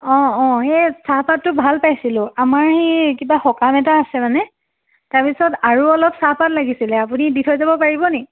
অ' অ' সেই চাহপাতটো ভাল পাইছিলোঁ আমাৰ এই কিবা সকাম এটা আছে মানে তাৰপিছত আৰু অলপ চাহপাত লাগিছিল আপুনি দি থৈ যাব পাৰিব নেকি